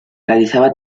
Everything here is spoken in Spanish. realizaba